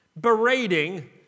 berating